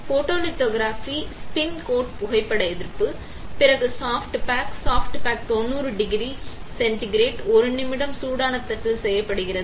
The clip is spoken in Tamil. ஃபோட்டோலித்தோகிராபி ஸ்பின் கோட் புகைப்பட எதிர்ப்பு பிறகு soft bake soft bake 90 degree சென்டிகிரேடில் 1 நிமிடம் சூடான தட்டில் செய்யப்படுகிறது